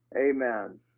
amen